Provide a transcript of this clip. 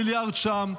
מיליארד שם.